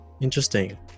Interesting